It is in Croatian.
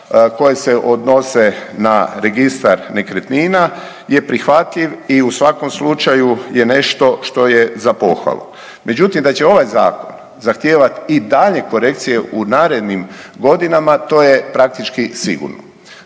koje se odnose na registar nekretnina je prihvatljiv i u svakom slučaju je nešto što je za pohvalu. Međutim da će ovaj zakon zahtijevat i dalje korekcije u narednim godinama, to je praktički sigurno.